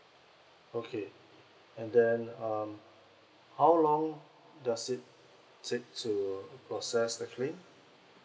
okay and then um how long does it take to process the claim